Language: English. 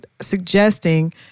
suggesting